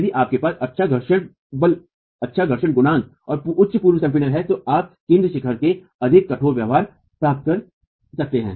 यदि आपके पास अच्छा घर्षण बल अच्छा घर्षण गुणांक और उच्च पूर्व संपीडन है तो आप केंद्र शिखर क्षेत्र में अधिक कठोर व्यवहार प्राप्त कर सकते हैं